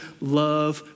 love